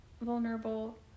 vulnerable